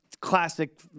classic